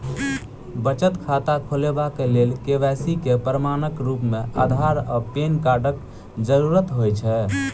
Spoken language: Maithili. बचत खाता खोलेबाक लेल के.वाई.सी केँ प्रमाणक रूप मेँ अधार आ पैन कार्डक जरूरत होइ छै